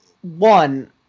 one